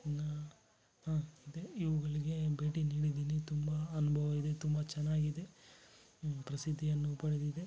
ಇನ್ನು ಹಾಂ ಇದೆ ಇವುಗಳಿಗೆ ಭೇಟಿ ನೀಡಿದ್ದೀನಿ ತುಂಬ ಅನುಭವ ಇದೆ ತುಂಬ ಚೆನ್ನಾಗಿದೆ ಪ್ರಸಿದ್ಧಿಯನ್ನು ಪಡೆದಿದೆ